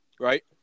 right